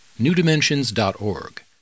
newdimensions.org